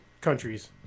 countries